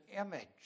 image